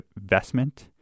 investment